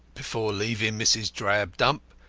before leaving mrs. drabdump,